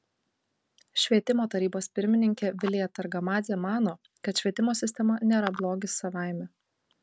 švietimo tarybos pirmininkė vilija targamadzė mano kad švietimo sistema nėra blogis savaime